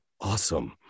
awesome